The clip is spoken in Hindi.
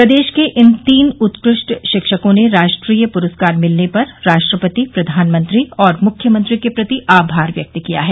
प्रदेश के इन तीन उत्कृष्ट शिक्षकों ने राष्ट्रीय पुरस्कार मिलने पर राष्ट्रपति प्रधानमंत्री और मुख्यमंत्री के प्रति आभार व्यक्त किया है